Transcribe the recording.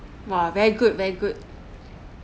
!wah! very good very good